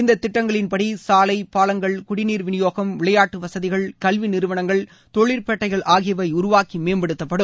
இந்த திட்டங்களின்படி சாலை பாலங்கள் குடிநீர் விநியோகம் விளையாட்டு வசதிகள் கல்வி நிறுவனங்கள் தொழிற்பேட்டைகள் ஆகியவை உருவாக்கி மேம்படுத்தப்படும்